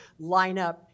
lineup